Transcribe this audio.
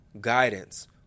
guidance